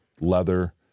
leather